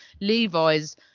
Levi's